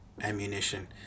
ammunition